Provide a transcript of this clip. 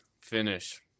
Finish